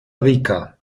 rica